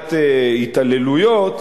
מניעת התעללויות,